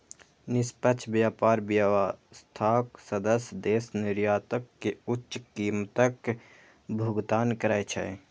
निष्पक्ष व्यापार व्यवस्थाक सदस्य देश निर्यातक कें उच्च कीमतक भुगतान करै छै